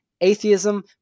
Atheism